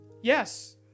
Yes